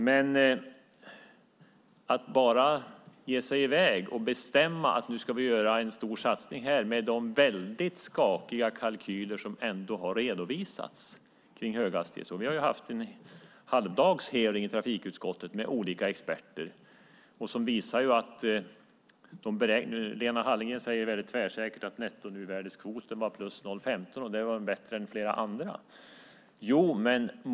Men man ger sig i väg och bestämmer att nu ska vi göra en stor satsning här med de skakiga kalkyler som ändå har redovisats kring höghastighetståg. Vi har haft en halvdags hearing i trafikutskottet med olika experter. Lena Hallengren säger tvärsäkert att nettonuvärdeskvoten var +0.15, och det var bättre än flera andra.